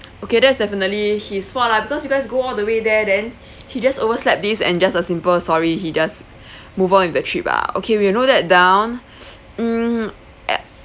okay that's definitely his fault lah because you guys go all the way there then he just overslept this and just a simple sorry he just move on with the trip ah okay we'll note that down mm